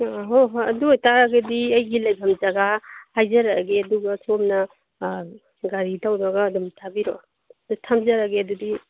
ꯑꯪ ꯍꯣꯏ ꯍꯣꯏ ꯑꯗꯨ ꯑꯣꯏꯇꯥꯔꯒꯗꯤ ꯑꯩꯒꯤ ꯂꯩꯐꯝ ꯖꯒꯥ ꯍꯥꯏꯖꯔꯛꯑꯒꯦ ꯑꯗꯨꯒ ꯁꯣꯝꯅ ꯒꯥꯔꯤ ꯇꯧꯔꯒ ꯑꯗꯨꯝ ꯊꯥꯕꯤꯔꯛꯑꯣ ꯊꯝꯖꯔꯒꯦ ꯑꯗꯨꯗꯤ